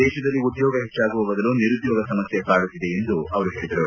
ದೇಶದಲ್ಲಿ ಉದ್ಕೋಗ ಹೆಚ್ಚಾಗುವ ಬದಲು ನಿರುದ್ಕೋಗ ಸಮಸ್ಯೆ ಕಾಡುತ್ತಿದೆ ಎಂದು ಹೇಳಿದರು